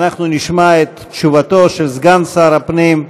אנחנו נשמע את תשובתו של סגן שר הפנים,